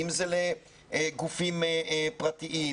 אם זה לגופים פרטיים,